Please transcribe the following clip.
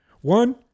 One